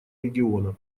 региона